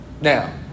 Now